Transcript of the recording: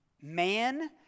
man